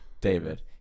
David